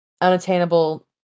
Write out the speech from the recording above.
unattainable